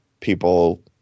People